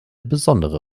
besondere